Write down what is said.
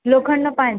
લોખંડનો પાંચ